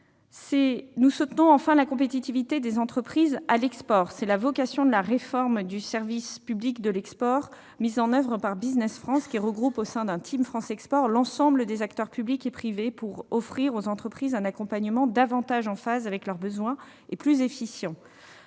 Nous soutenons, enfin, la compétitivité des entreprises à l'export. C'est la vocation de la réforme du service public de l'export mise en oeuvre par Business France, qui regroupe au sein de la l'ensemble des acteurs publics et privés pour offrir aux entreprises un accompagnement plus efficient, en phase avec leurs besoins. Le